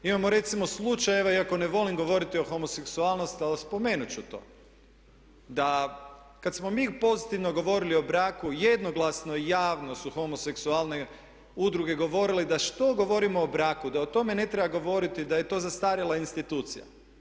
Imamo recimo slučajeve iako ne volim govoriti o homoseksualnosti ali spomenut ću to da kad smo mi pozitivno govorili o braku jednoglasno su javno su homoseksualne udruge govorile da što govorimo o braku, da o tome ne treba govoriti da je to zastarjela institucija.